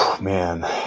Man